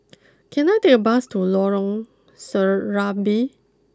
can I take a bus to Lorong Serambi